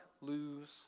lose